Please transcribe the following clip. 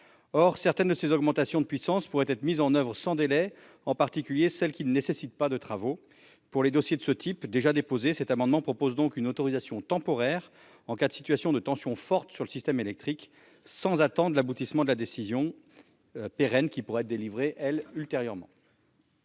or certaines de ces augmentations de puissance pourrait être mises en oeuvre sans délai, en particulier celle qui ne nécessite pas de travaux pour les dossiers de ce type déjà déposé cet amendement propose donc une autorisation temporaire en cas de situation de tension forte sur le système électrique sans attendre l'aboutissement de la décision pérenne qui pourraient être délivrée elle ultérieurement.